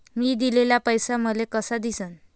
मी दिलेला पैसा मले कसा दिसन?